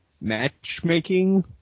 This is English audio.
matchmaking